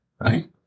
right